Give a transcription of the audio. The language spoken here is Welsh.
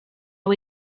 nhw